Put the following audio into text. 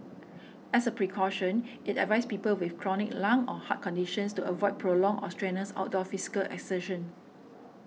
as a precaution it advised people with chronic lung or heart conditions to avoid prolonged or strenuous outdoor physical exertion